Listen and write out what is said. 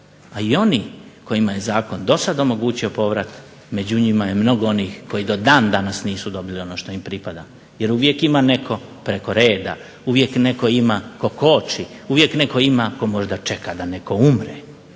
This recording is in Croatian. a i oni kojima je zakon do sad omogućio povrat među njima je mnogo onih koji do danas nisu dobili ono što im pripada jer uvijek ima netko preko reda, uvijek netko ima tko koči, uvijek netko ima tko možda čeka da netko umre.